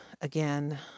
again